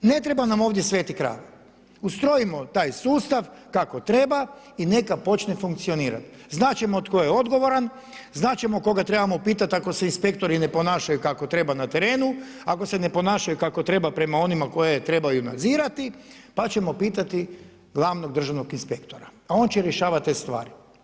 Ne treba nama ovdje svetih krava, ustrojimo taj sustav kako treba i neka počne funkcionirati, znat ćemo tko je odgovoran, znat ćemo koga trebamo pitati ako se inspektori ne ponašaju kako treba na terenu, ako se ne ponašaju kako treba prema onima koje trebaju nadzirati, pa ćemo pitati glavnog državnog inspektora, a on će rješavati te stvari.